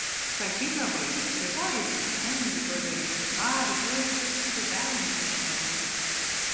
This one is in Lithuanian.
sakydavai rytoj eisiu ten rytoj darysiu tą rytoj čiupsiu velnią už ragų